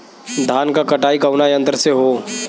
धान क कटाई कउना यंत्र से हो?